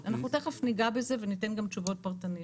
אנחנו תיכף ניגע בזה וניתן גם תשובות פרטניות.